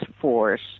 force